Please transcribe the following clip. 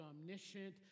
omniscient